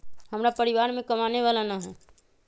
हमरा परिवार में कमाने वाला ना है?